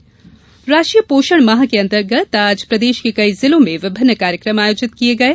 पोषण माह राष्ट्रीय पोषण माह के अंतर्गत आज प्रदेश के कई जिलों में विभिन्न कार्यक्रम आयोजित किये गये